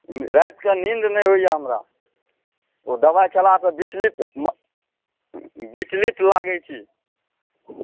रातिके नीन्द नहि होइए हमरा ओ दवाइ खेलासँ विचलित विचलित लागै छी